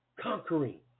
Conquering